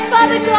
Father